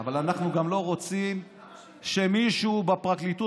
אבל אנחנו גם לא רוצים שמישהו בפרקליטות